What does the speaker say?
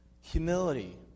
humility